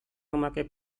memakai